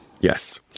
Yes